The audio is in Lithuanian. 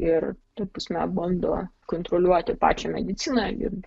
ir ta prasme bando kontroliuoti pačią mediciną ir